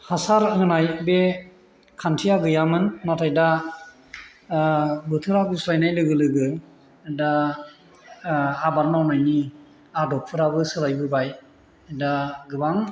हासार होनाय बे खान्थिया गैयामोन नाथाय दा बोथोरा गुस्लायनाय लोगो लोगो दा आबाद मावनायनि आदबफोराबो सोलायबोबाय दा गोबां